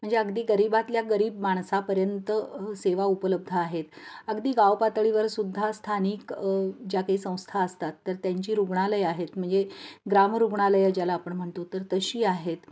म्हणजे अगदी गरीबातल्या गरीब माणसापर्यंत सेवा उपलब्ध आहेत अगदी गाव पातळीवर सुद्धा स्थानिक ज्या काही संस्था असतात तर त्यांची रुग्णालय आहेत म्हणजे ग्राम रुग्णालयं ज्याला आपण म्हणतो तर तशी आहेत